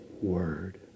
word